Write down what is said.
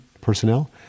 personnel